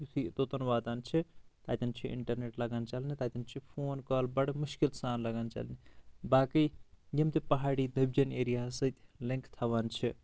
یِتُھے توٚتن واتان چھِ تتیٚن چھِ اِنٹرنیٹ لگان چلنہِ تتیٚن چھ فون کال بڑٕ مُشکِل سان لگان چلنہِ باقٕے یِم تہِ پہاڑی دٔبۍ جن ایریاہس سۭتۍ لِنٛک تھاوان چھِ